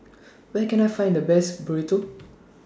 Where Can I Find The Best Burrito